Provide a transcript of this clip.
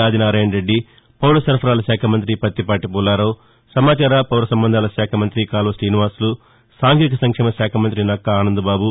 ఆదినారాయణ రెడ్డి పౌర సరఫరాల శాఖ మంతి పత్తిపాటి పుల్లారావు నమాచార పౌర సంబంధాల శాఖ మంత్రి కాల్వ శ్రీనివాసులు సాంఘిక సంక్షేమ శాఖ మంత్రి నక్కా ఆనందబాబు